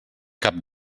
cap